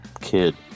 kid